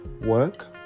work